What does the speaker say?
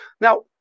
Now